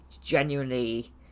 genuinely